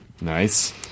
Nice